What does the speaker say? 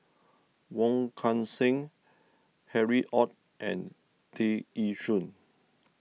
Wong Kan Seng Harry Ord and Tear Ee Soon